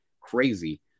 crazy